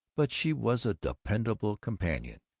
but she was a dependable companion.